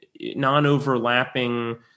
non-overlapping